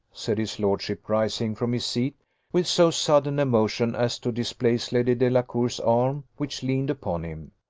said his lordship, rising from his seat with so sudden a motion as to displace lady delacour's arm which leaned upon him.